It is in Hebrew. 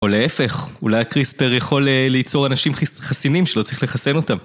או להפך, אולי הקריסטר יכול ליצור אנשים חסינים שלא צריך לחסן אותם.